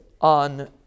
on